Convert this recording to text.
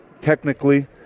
technically